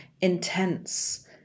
intense